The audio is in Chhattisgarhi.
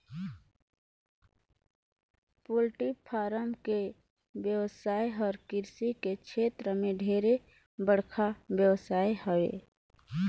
पोल्टी फारम के बेवसाय हर कृषि के छेत्र में ढेरे बड़खा बेवसाय हवे